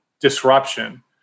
disruption